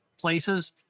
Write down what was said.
places